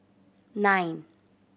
nine